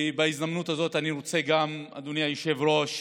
בהזדמנות הזאת אני רוצה גם, אדוני היושב-ראש,